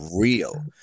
real